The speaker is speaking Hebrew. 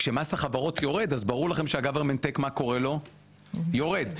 כשמס החברות יורד אז ברור לכם שמה קורה ל- ?Government takeיורד.